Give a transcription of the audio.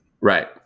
Right